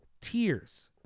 tears